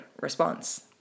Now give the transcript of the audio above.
response